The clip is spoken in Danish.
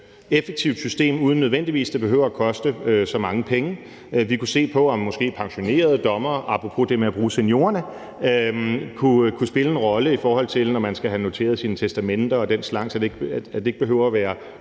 mere effektivt system, uden at det nødvendigvis behøver at koste så mange penge. Vi kunne se på, om måske pensionerede dommere – apropos det med at bruge seniorerne – kunne spille en rolle, i forhold til når man skal have noteret sine testamenter og den slags, så det ikke behøver at være